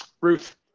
Ruth